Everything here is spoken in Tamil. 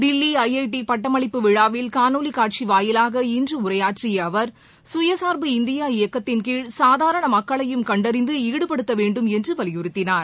தில்லி ஐ ஐ டி பட்டமளிப்பு விழாவில் காணொலிகாட்சிவாயிலாக இன்றுஉரையாற்றியஅவர் கயசார்பு இந்தியா இயக்கத்தின் கீழ் சாதாரணமக்களையும் கண்டறிந்துஈடுபடுத்தவேண்டும் என்றுவலியுறுத்தினார்